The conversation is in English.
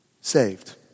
saved